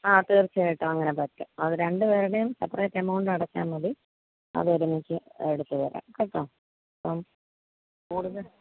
ആ തീർച്ചയായിട്ടും അങ്ങനെ തയ്ക്കാം അത് രണ്ടുപേരുടെയും സെപ്പറേറ്റ് എമൗണ്ട് അടച്ചാൽ മതി അത് ഒരുമിച്ച് എടുത്തു തരാം കേട്ടോ അപ്പം കൂടുതൽ